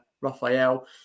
Raphael